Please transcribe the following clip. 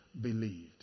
believed